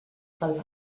pel